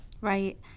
Right